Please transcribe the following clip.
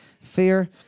fear